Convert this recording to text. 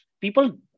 people